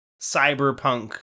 Cyberpunk